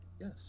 Yes